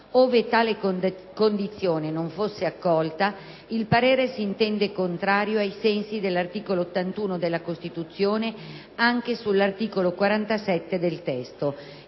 Ove tale condizione non fosse accolta, il parere si intende contrario, ai sensi dell'articolo 81 della Costituzione, anche sull'articolo 47 del testo.